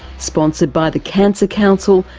sponsored by the cancer council,